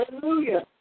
Hallelujah